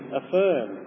affirm